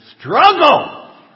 struggle